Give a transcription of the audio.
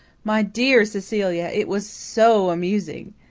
my dear cecilia, it was so amusing,